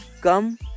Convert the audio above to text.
come